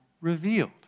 revealed